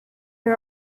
and